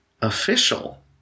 official